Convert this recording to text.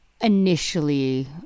initially